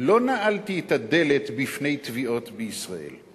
לא נעלתי את הדלת בפני תביעות בישראל.